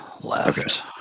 left